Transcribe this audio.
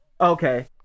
Okay